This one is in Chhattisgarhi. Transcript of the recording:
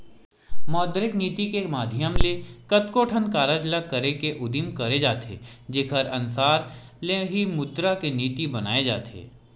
मौद्रिक नीति के माधियम ले कतको ठन कारज ल करे के उदिम करे जाथे जेखर अनसार ले ही मुद्रा के नीति बनाए जाथे